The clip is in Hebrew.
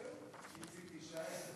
איציק, תישאר.